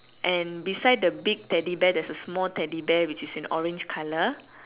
and beside the big teddy bear there's a small teddy bear which is in orange colour